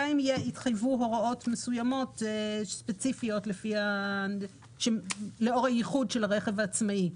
היה ויהיו הוראות מסוימות ספציפיות לאור הייחוד של הרכב העצמאי.